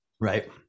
right